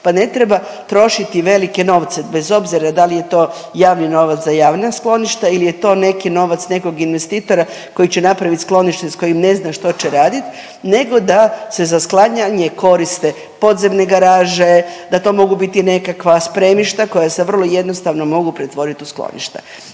pa ne treba trošiti velike novce bez obzira da li je to javni novac za javna skloništa ili je to neki novac nekog investitora koji će napravit sklonište s kojim ne zna što će raditi nego da se za sklanjanje koriste podzemne garaže, da to mogu biti nekakva spremišta koja se vrlo jednostavno mogu pretvoriti u skloništa.